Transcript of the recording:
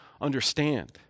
understand